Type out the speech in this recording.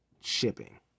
shipping